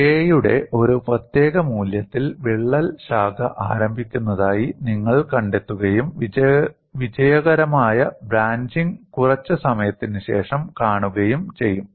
K യുടെ ഒരു പ്രത്യേക മൂല്യത്തിൽ വിള്ളൽ ശാഖ ആരംഭിക്കുന്നതായി നിങ്ങൾ കണ്ടെത്തുകയും വിജയകരമായ ബ്രാഞ്ചിംഗ് കുറച്ച് സമയത്തിനുശേഷം കാണുകയും ചെയ്യും